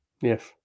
Yes